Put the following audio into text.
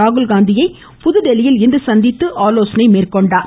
ராகுல்காந்தியை புதுதில்லியில் இன்று சந்தித்து ஆலோசனை மேற்கொண்டார்